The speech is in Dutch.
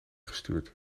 gestuurd